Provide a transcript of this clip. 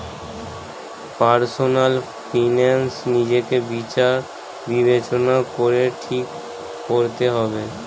personal finance নিজেকে বিচার বিবেচনা করে ঠিক করতে হবে